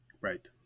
right